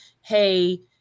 hey